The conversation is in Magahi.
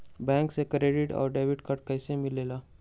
बैंक से क्रेडिट और डेबिट कार्ड कैसी मिलेला?